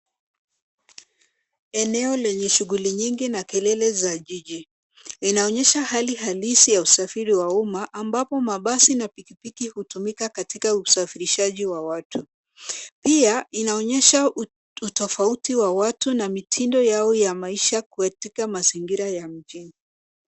Eneo lenye shughuli nyingi na kelele za jiji. Inaonyesha hali halisi ya usafiri wa umma ambapo mabasi na pikipiki hutumika katika usafirishaji wa watu. Pia, inaonyesha utofauti wa watu na mitindo yao ya maisha katika mazingira ya mjini.